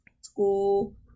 school